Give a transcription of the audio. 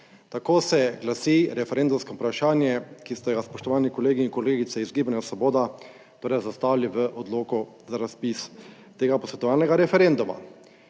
tako se glasi referendumsko vprašanje, ki ste ga, spoštovani kolegi in kolegice iz Gibanja Svoboda, torej zastavili v odloku za razpis tega posvetovalnega referenduma.